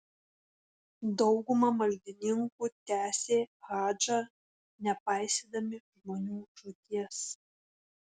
dauguma maldininkų tęsė hadžą nepaisydami žmonių žūties